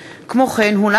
לכן, במהלך